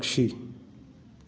पक्षी